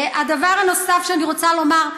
הדבר הנוסף שאני רוצה לומר,